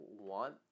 want